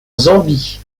zambie